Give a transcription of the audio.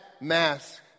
mask